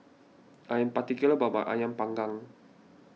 I am particular about my Ayam Panggang